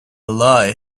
lie